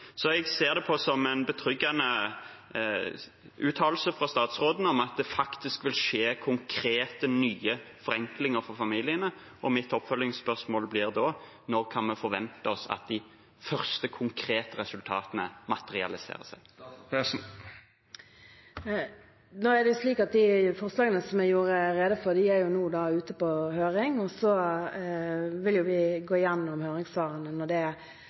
Jeg ser dette som en betryggende uttalelse fra statsråden om at det faktisk vil skje konkrete, nye forenklinger for familiene. Mitt oppfølgingsspørsmål blir da: Når kan vi forvente at de første konkrete resultatene materialiserer seg? De forslagene jeg gjorde rede for, er nå ute på høring. Vi vil gå igjennom høringssvarene når så har skjedd, og fremme forslag om regelverksendringer der det er